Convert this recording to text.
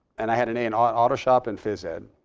and i had an a in auto auto shop and phys ed.